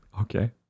Okay